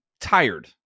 tired